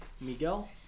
Miguel